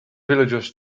villagers